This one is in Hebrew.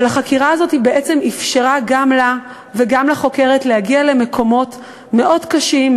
אבל החקירה הזאת בעצם אפשרה גם לה וגם לחוקרת להגיע למקומות מאוד קשים,